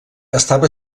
estava